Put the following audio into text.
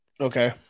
Okay